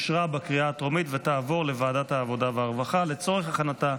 לוועדת העבודה והרווחה נתקבלה.